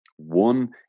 One